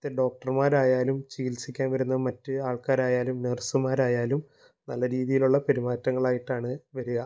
ഡോക്ടർമാരായാലും ചിത്സിക്കാൻ വരുന്ന മറ്റ് ആൾക്കാരായാലും നേഴ്സുമാരായാലും നല്ല രീതിയിലുള്ള പെരുമാറ്റങ്ങളായിട്ടാണ് വരിക